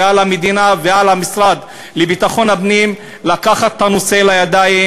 ועל המדינה ועל המשרד לביטחון הפנים לקחת את הנושא לידיים,